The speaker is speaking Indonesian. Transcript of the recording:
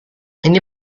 ini